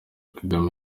kagame